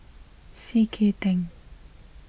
C K Tang